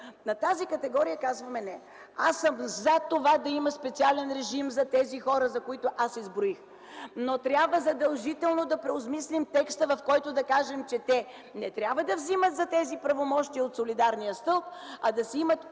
за тази категория казваме – не. Аз съм за това да има специален режим за тези хора, които аз изброих, но трябва задължително да преосмислим текста, в който да кажем, че те не трябва да вземат за тези правомощия от солидарния стълб, а да си имат